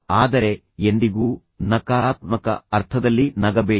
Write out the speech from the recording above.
ಆದರೆ ಎಂದಿಗೂ ನಕಾರಾತ್ಮಕ ಅರ್ಥದಲ್ಲಿ ನಗಬೇಡಿ